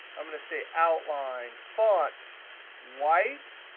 i'm going to say outline. font white.